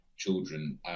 children